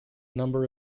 number